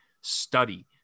study